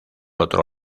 otro